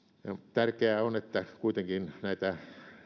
tärkeää on että kuitenkin näitä